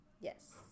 Yes